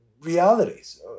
realities